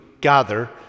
gather